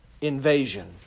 invasion